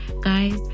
Guys